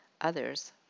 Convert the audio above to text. others